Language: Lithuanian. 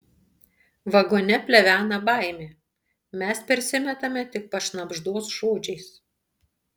vagone plevena baimė mes persimetame tik pašnabždos žodžiais